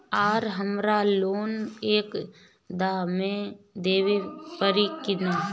आर हमारा लोन एक दा मे देवे परी किना?